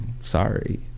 Sorry